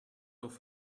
auf